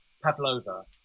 Pavlova